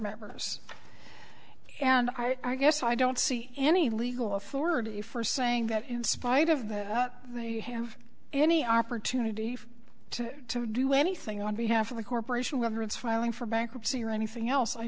members and i guess i don't see any legal authority for saying that in spite of that they have any opportunity to do anything on behalf of the corporation whether it's filing for bankruptcy or anything else i